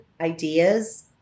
ideas